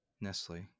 nestle